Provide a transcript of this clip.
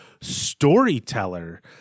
storyteller